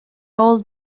old